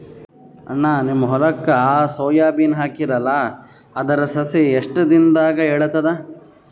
ಅಣ್ಣಾ, ನಿಮ್ಮ ಹೊಲಕ್ಕ ಸೋಯ ಬೀನ ಹಾಕೀರಲಾ, ಅದರ ಸಸಿ ಎಷ್ಟ ದಿಂದಾಗ ಏಳತದ?